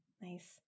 nice